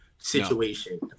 situation